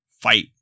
fight